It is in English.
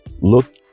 Look